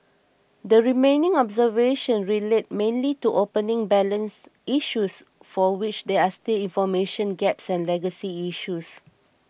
the remaining observations relate mainly to opening balance issues for which there are still information gaps and legacy issues